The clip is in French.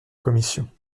commission